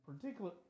particular